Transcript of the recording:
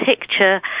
picture